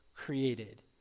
created